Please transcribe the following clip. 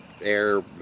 Air